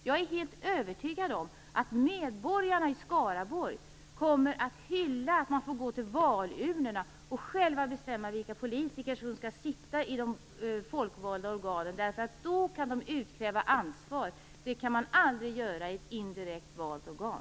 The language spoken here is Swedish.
Jag är helt övertygad om att medborgarna i Skaraborg kommer att hylla att de får gå till valurnorna och själva bestämma vilka politiker som skall sitta i de folkvalda organen. Då kan de utkräva ansvar. Det kan de aldrig göra i ett indirekt valt organ.